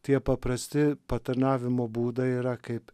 tie paprasti patarnavimo būdai yra kaip